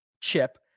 chip